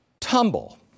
tumble